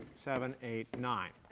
seven, eight, nine.